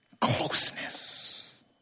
closeness